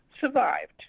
Survived